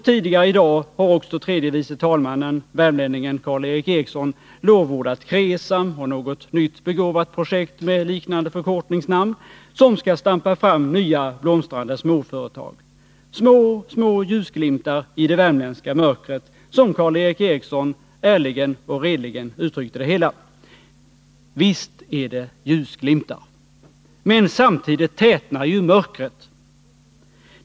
Tidigare i dag har tredje vice talmannen, värmlänningen Karl Erik Eriksson, lovordat KRESAM och något nytt begåvat projekt med liknande förkortningsnamn, som skall stampa fram nya blomstrande småföretag. Det är små, små ljusglimtar i det värmländska mörkret, som Karl Erik Eriksson ärligen och redligen uttryckte det hela. Visst är det ljusglimtar. Men samtidigt tätnar ju mörkret.